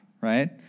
right